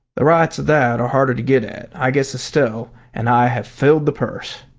the rights of that are harder to get at. i guess estelle and i have filled the purse.